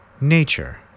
nature